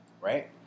right